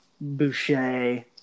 Boucher